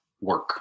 work